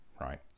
right